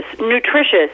nutritious